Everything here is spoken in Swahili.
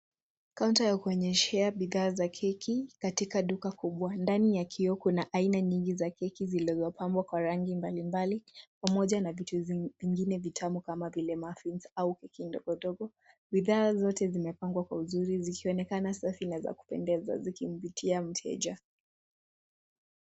Kaunta ya kuonyeshea bidhaa za keki katika duka kubwa. Ndani ya kioo kuna aina nyingi za keki zilizopambwa kwa rangi mbalimbali pamoja na vitu vingine vitamu kama vile cs[muffins]cs au keki ndogo ndogo. Bidhaa zote zimepangwa kwa uzuri zikionekana safi na za kupendeza, zikimvutia mteja.